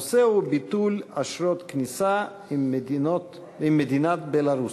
הנושא הוא: ביטול אשרות כניסה ממדינת בלרוס.